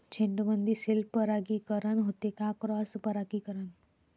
झेंडूमंदी सेल्फ परागीकरन होते का क्रॉस परागीकरन?